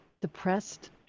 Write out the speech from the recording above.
depressed